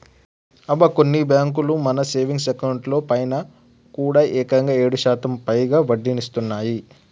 అబ్బా కొన్ని బ్యాంకులు మన సేవింగ్స్ అకౌంట్ లో పైన కూడా ఏకంగా ఏడు శాతానికి పైగా వడ్డీనిస్తున్నాయి